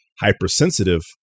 hypersensitive